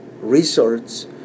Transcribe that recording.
resorts